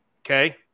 Okay